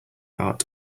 art